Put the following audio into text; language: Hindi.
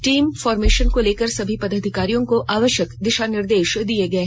टीम फॉरमेशन को लेकर सभी पदाधिकारियों को आवश्यक दिशा निर्देश दिए गये